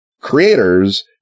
creators